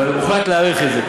אבל הוחלט להאריך את זה,